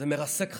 זה מרסק חיים.